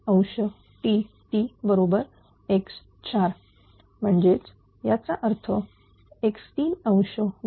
Tt x4 म्हणजे याचा अर्थ x3